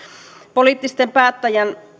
poliittisen päättäjän